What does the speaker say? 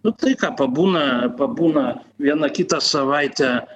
nu tai ką pabūna pabūna vieną kitą savaitę